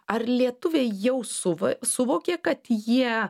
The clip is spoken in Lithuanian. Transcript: ar lietuviai jau suv suvokė kad jie